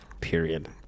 period